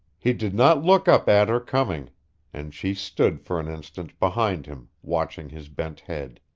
he did not look up at her coming and she stood for an instant, behind him, watching his bent head.